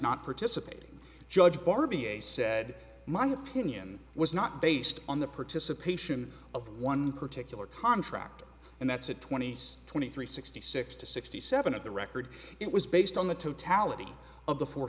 not participating judge bar b a said my opinion was not based on the participation of one particular contract and that's a twenty six twenty three sixty six to sixty seven of the record it was based on the totality of the four